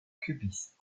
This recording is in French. cubiste